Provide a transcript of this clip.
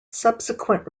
subsequent